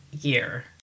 year